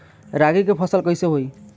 रागी के फसल कईसे होई?